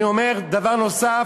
אני אומר דבר נוסף,